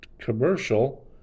commercial